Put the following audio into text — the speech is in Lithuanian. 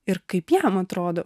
ir kaip jam atrodo